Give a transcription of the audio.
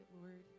Lord